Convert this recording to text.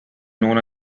known